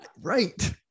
right